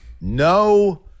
No